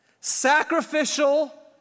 sacrificial